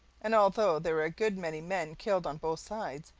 and although there were a good many men killed on both sides,